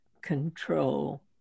control